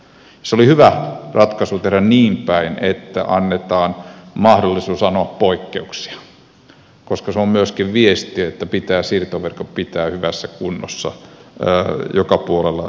se oli hyvä ratkaisu tehdä niinpäin että annetaan mahdollisuus anoa poikkeuksia koska se on myöskin viesti että pitää siirtoverkko pitää hyvässä kunnossa joka puolella suomea